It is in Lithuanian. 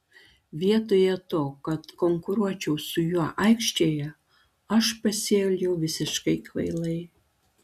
vietoje to kad konkuruočiau su juo aikštėje aš pasielgiau visiškai kvailai